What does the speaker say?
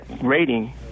rating